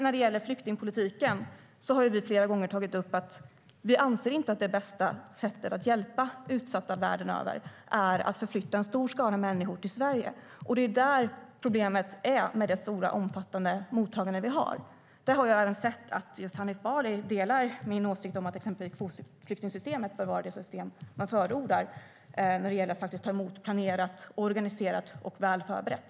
När det gäller flyktingpolitiken har vi flera gånger tagit upp att vi inte anser att det bästa sättet att hjälpa utsatta världen över är att förflytta en stor skara människor till Sverige. Det är problemet med det omfattande mottagande vi har. Jag har sett att Hanif Bali delar min åsikt att kvotflyktingsystemet bör vara det system som förordas när det gäller att ta emot planerat, organiserat och väl förberett.